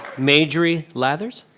majorie lathers.